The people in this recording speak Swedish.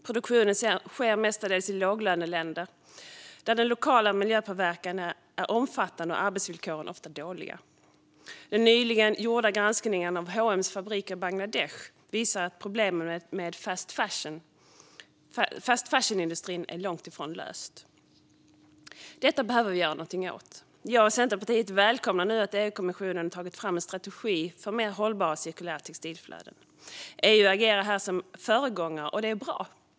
Produktionen sker mestadels i låglöneländer där den lokala miljöpåverkan är omfattande och arbetsvillkoren ofta dåliga. Den nyligen gjorda granskningen av H & M:s fabriker i Bangladesh visar att problemen med fast fashion-industrin är långt ifrån lösta. Detta behöver vi göra något åt. Jag och Centerpartiet välkomnar nu att EU-kommissionen tagit fram en strategi för mer hållbara och cirkulära textilflöden. EU agerar här som föregångare, och det är bra.